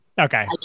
Okay